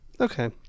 Okay